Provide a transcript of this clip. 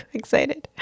excited